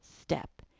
step